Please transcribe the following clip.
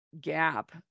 gap